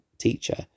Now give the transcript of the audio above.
teacher